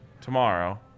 tomorrow